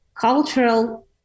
cultural